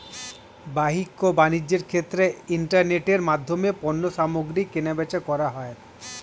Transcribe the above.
বাহ্যিক বাণিজ্যের ক্ষেত্রে ইন্টারনেটের মাধ্যমে পণ্যসামগ্রী কেনাবেচা করা হয়